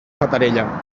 fatarella